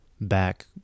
back